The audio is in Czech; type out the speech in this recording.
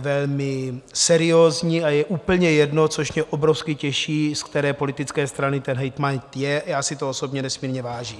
velmi seriózní a je úplně jedno, což mě obrovsky těší, z které politické strany ten hejtman je, já si toho osobně nesmírně vážím.